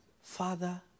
Father